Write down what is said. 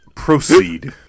Proceed